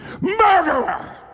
Murderer